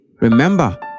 Remember